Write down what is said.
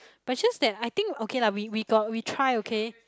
but just that I think okay lah we we got we try okay